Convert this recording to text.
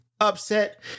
Upset